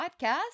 podcast